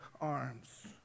arms